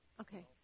Okay